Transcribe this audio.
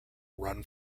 run